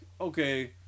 okay